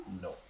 no